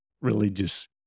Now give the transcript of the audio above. religious